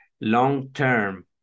long-term